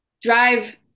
drive